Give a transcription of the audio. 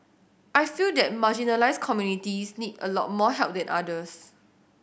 I feel that marginalised communities need a lot more help than others